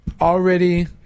already